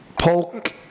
Polk